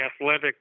athletic